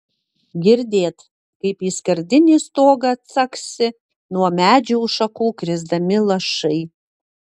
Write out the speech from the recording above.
girdėt kaip į skardinį stogą caksi nuo medžių šakų krisdami lašai